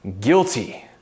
guilty